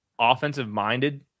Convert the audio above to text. offensive-minded